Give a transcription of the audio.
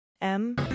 M-